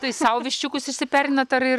tai sau viščiukus išsiperinat ar ir